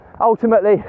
ultimately